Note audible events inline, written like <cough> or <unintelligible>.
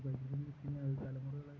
<unintelligible> തലമുറകളായിട്ട്